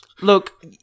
Look